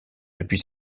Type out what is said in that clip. depuis